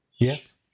Yes